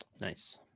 Nice